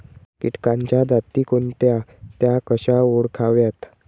किटकांच्या जाती कोणत्या? त्या कशा ओळखाव्यात?